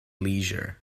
leisure